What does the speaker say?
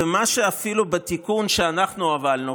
ואת מה שאפילו בתיקון שאנחנו הובלנו,